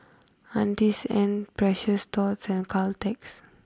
Auntie's Ann Precious Thots and Caltex